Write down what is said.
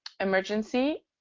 emergency